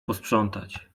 posprzątać